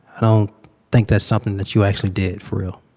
i don't think that's something that you actually did for real.